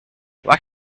why